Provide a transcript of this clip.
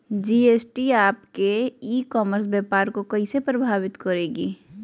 GST आपके e commerce व्यापार को कैसे प्रभावित करेगी?